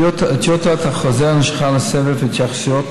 טיוטת החוזר נשלחה לסבב התייחסויות